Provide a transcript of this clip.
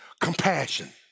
compassion